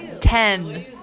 Ten